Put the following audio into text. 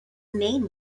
main